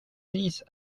these